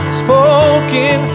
spoken